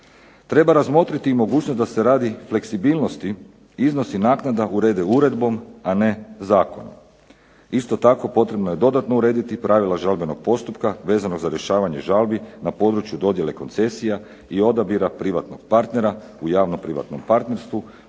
Treba razmotriti i mogućnost da se radi fleksibilnosti iznosi naknada urede uredbom, a ne zakonom. Isto tako, potrebno je dodatno urediti pravila žalbenog postupka vezano za rješavanje žalbi na području dodjele koncesija i odabira privatnog partnera u javno-privatnom partnerstvu